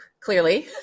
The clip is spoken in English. clearly